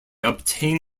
obtain